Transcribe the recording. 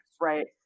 right